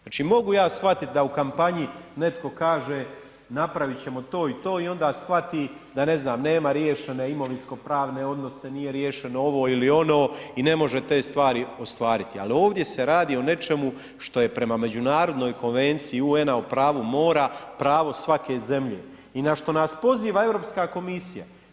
Znači, mogu ja shvatit da u kampanji netko kaže napravit ćemo to i to i onda shvati da, ne znam, nema riješene imovinsko-pravne odnose, nije riješeno ovo ili ono i ne može te stvari ostvariti, ali ovdje se radi o nečemu što je prema međunarodnoj Konvenciji UN-a o pravu mora, pravo svake zemlje i na što nas poziva Europska komisija.